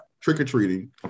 trick-or-treating